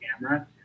camera